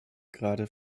gerade